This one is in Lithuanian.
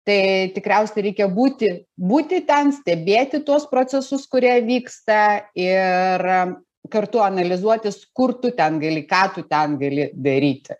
tai tikriausiai reikia būti būti ten stebėti tuos procesus kurie vyksta ir kartu analizuotis kur tu ten gali ką tu ten gali daryti